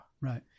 Right